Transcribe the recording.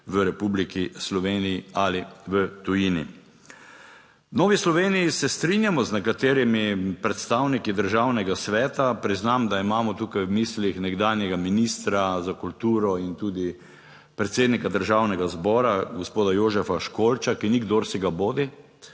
v Republiki Sloveniji ali v tujini. V Novi Sloveniji se strinjamo z nekaterimi predstavniki Državnega sveta, priznam, da imamo tukaj v mislih nekdanjega ministra za kulturo in tudi predsednika Državnega zbora, gospoda Jožefa Školča, ki ni kdor si ga bodi,